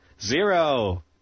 Zero